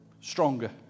stronger